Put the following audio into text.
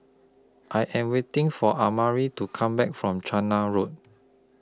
I Am waiting For Amari to Come Back from Chander Road